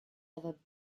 ever